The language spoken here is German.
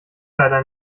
leider